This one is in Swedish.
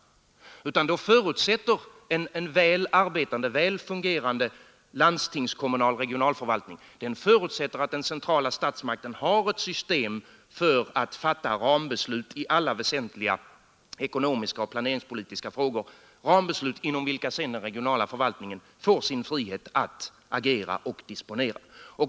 Däremot förutsätter en väl fungerande landstingskommunal förvaltning att den centrala statsmakten har ett system för att fatta rambeslut i alla väsentliga ekonomiska och planeringspolitiska frågor, rambeslut inom vilka sedan den regionala förvaltningen får sin frihet att disponera.